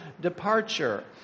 departure